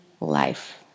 life